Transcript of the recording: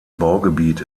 baugebiet